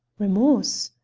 remorse?